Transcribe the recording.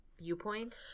viewpoint